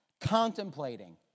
contemplating